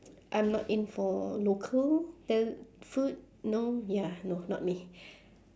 I'm not in for local the food no ya no not me